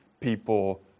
people